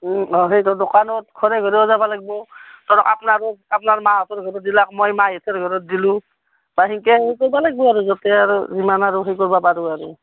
অঁ সেই দোকানত ঘৰে ঘৰেও যাব লাগিব ধৰক আপনাৰো আপোনাৰ মাহঁতৰ ঘৰত দিলাক মই মাইহঁতৰ ঘৰত দিলোঁ বা তেনকৈ সেই কৰিব লাগিব আৰু য'তে আৰু যিমান আৰু সেই কৰিব পাৰোঁ আৰু